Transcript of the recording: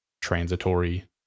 transitory